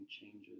changes